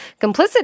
complicit